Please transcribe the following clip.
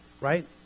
Right